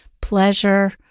pleasure